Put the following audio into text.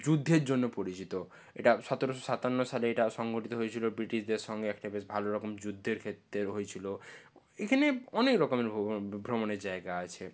যুদ্ধের জন্য পরিচিত এটা সতেরশো সাতান্ন সালে এটা সংগঠিত হয়েছিল ব্রিটিশদের সঙ্গে একটা বেশ ভালোরকম যুদ্ধের ক্ষেত্রে হয়েছিল এইখানে অনেক রকমের ভ্রমণের জায়গা আছে